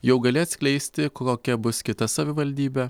jau gali atskleisti kokia bus kita savivaldybė